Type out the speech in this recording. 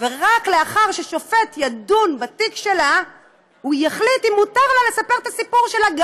ורק לאחר ששופט ידון בתיק שלה הוא יחליט אם מותר לה לספר את הסיפור שלה,